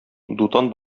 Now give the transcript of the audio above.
дутан